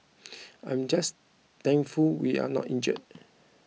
I am just thankful we are not injured